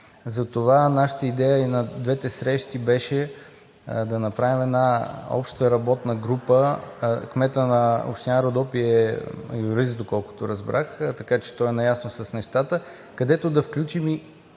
Затова нашата идея и на двете срещи беше да направим една обща работна група, кметът на община „Родопи“ е юрист, доколкото разбрах, така че той е наясно с нещата, където да включим и